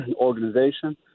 organization